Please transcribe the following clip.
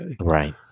Right